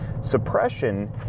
suppression